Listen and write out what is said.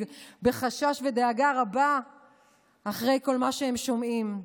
בחשש ודאגה רבה אחרי כל מה שהם שומעים.